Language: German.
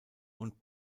und